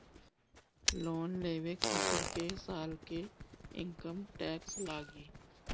Loan लेवे खातिर कै साल के इनकम टैक्स लागी?